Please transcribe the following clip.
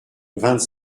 vingt